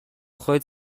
خواید